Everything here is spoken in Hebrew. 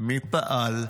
מי פעל,